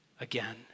again